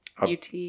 UT